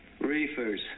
Reefers